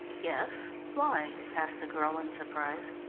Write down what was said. yes, why? asked the girl in surprise.